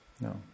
No